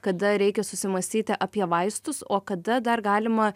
kada reikia susimąstyti apie vaistus o kada dar galima